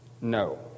No